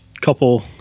couple